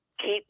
keep